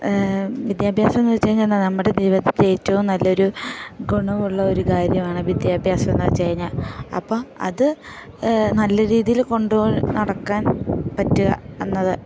വിദ്യാഭ്യാസമെന്നു വെച്ചു കഴിഞ്ഞാൽ നമ്മുടെ ജീവിതത്തിലെ ഏറ്റവും നല്ലൊരു ഗുണമുള്ള ഒരു കാര്യമാണ് വിദ്യാഭ്യാസമെന്നു വെച്ചു കഴിഞ്ഞാൽ അപ്പം അത് നല്ല രീതിയിൽ കൊണ്ട് നടക്കാൻ പറ്റുക എന്നത്